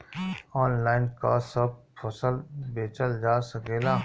Online का सब फसल बेचल जा सकेला?